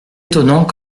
étonnant